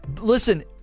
listen